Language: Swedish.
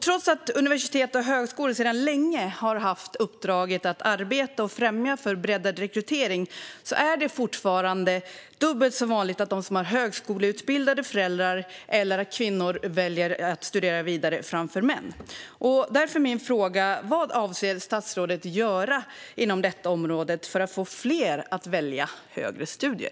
Trots att universitet och högskolor sedan länge har haft uppdraget att arbeta för och främja breddad rekrytering är det fortfarande dubbelt så vanligt att de som har högskoleutbildade föräldrar eller är kvinnor väljer att studera vidare framför män. Min fråga är därför: Vad avser statsrådet att göra inom detta område för att få flera att välja högre studier?